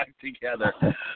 together